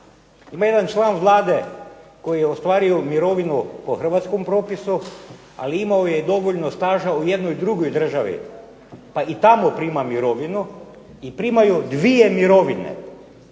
Ima jedan član Vlade koji je ostvario mirovinu po hrvatskom propisu, ali imao je dovoljno staža u jednoj drugoj državi pa i tamo prima mirovinu i primaju dvije mirovine,